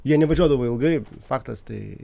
jie nevažiuodavo ilgai faktas tai